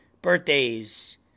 Birthdays